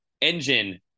engine